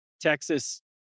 Texas